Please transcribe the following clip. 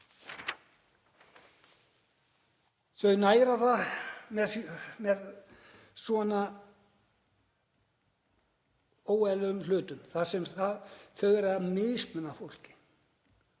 Þau næra það með svona óeðlilegum hlutum þar sem þau reyna að mismuna fólki